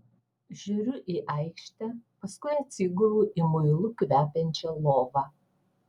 žiūriu į aikštę paskui atsigulu į muilu kvepiančią lovą